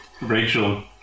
rachel